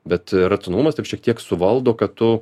bet racionalumas taip šiek tiek suvaldo kad tu